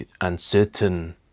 uncertain